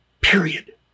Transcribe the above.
Period